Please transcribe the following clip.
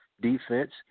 defense –